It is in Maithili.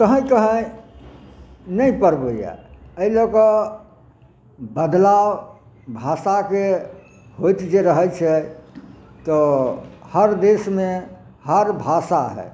कहैके है नहि पढ़बै एहि लऽ कऽ बदलाव भाषाके होयत जे रहै छै तऽ हर देशमे हर भाषा है